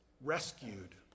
rescued